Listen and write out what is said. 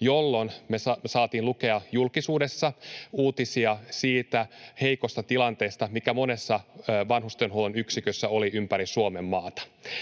jolloin me saimme lukea julkisuudessa uutisia siitä heikosta tilanteesta, joka monessa vanhustenhuollon yksikössä oli ympäri Suomenmaata.